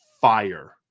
fire